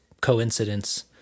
coincidence